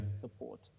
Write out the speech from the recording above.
Support